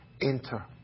enter